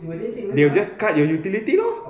they will just cut your utility lor